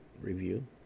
review